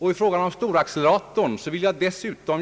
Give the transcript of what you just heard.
I fråga om storacceleratorn vill jag